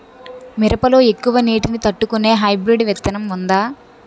మిరప లో ఎక్కువ నీటి ని తట్టుకునే హైబ్రిడ్ విత్తనం వుందా?